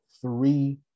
three